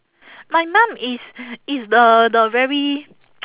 my mum is is the the very